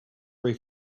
ray